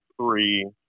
three